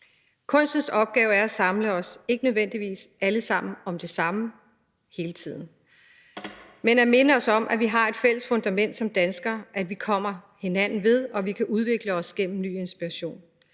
Kunstens opgave er at samle os – ikke nødvendigvis os alle sammen om det samme hele tiden – og skal minde os om, at vi har et fælles fundament som danskere, at vi kommer hinanden ved, og at vi kan udvikle os gennem en ny inspiration.